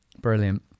Brilliant